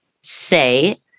say